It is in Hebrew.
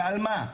ועל מה?